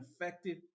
effective